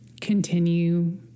Continue